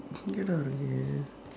எங்கடா இருக்கு:engkadaa irukku